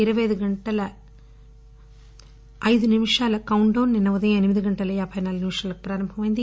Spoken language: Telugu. ఇరవై అయిదు గంటల అయిదు నిమిషాలకు కౌంట్ డౌస్ నిన్న ఉదయం ఎనిమిది గంటల యాబై నాలుగు నిమిషాలకు ప్రారంభమైంది